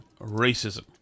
racism